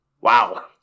Wow